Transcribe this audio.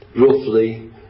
roughly